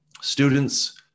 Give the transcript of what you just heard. students